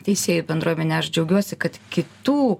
teisėjų bendruomenę aš džiaugiuosi kad kitų